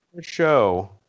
show